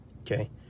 okay